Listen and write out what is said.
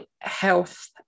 health